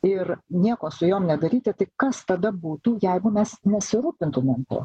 ir nieko su jom nedaryti tai kas tada būtų jeigu mes nesirūpintumėm tuo